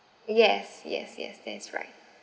yes yes yes that is right